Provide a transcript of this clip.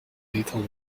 lethal